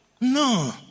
No